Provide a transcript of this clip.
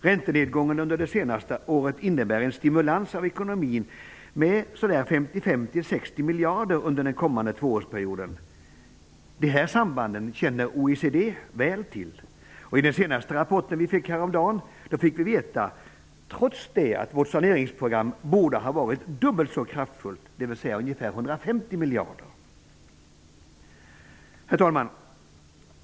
Räntenedgången under det senaste året innebär en stimulans av ekonomin med ca 55-60 miljarder under den kommande tvåårsperioden. De här sambanden känner OECD väl till. I den senaste rapporten, som kom häromdagen, fick vi veta att vårt saneringsprogram trots detta borde ha varit dubbelt så kraftfullt, dvs. borde ha uppgått till Herr talman!